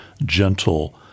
gentle